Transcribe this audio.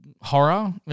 horror